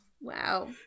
Wow